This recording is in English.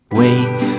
wait